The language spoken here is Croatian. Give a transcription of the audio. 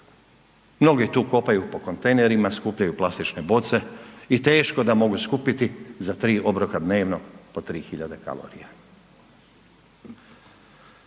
Mnogi tu kopaju po kontejnerima, skupljaju plastične boce i teško da mogu skupiti za tri obroka dnevnog po 3000 kalorija.